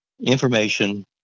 Information